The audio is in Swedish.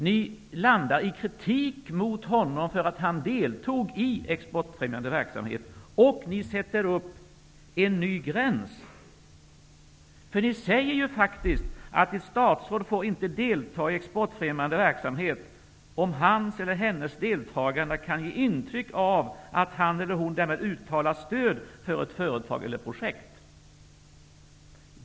Ni landar i kritik mot Allan Larsson för att han deltog i exportfrämjande verksamhet och ni sätter upp en ny gräns. Ni säger faktiskt att ett statsråd inte får delta i exportfrämjande verksamhet om hans eller hennes deltagande kan ge intryck av att han eller hon därmed uttalar stöd för ett företag eller ett projekt.